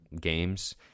games